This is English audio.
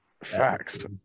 Facts